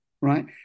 right